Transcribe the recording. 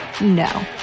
No